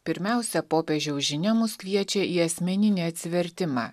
pirmiausia popiežiaus žinia mus kviečia į asmeninį atsivertimą